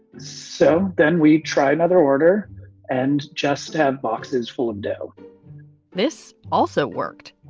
so then we try another order and just have boxes full of dough this also worked.